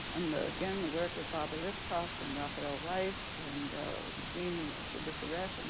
and again, the work of barbara liskov and rafael reif, and dean subra suresh, and